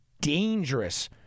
dangerous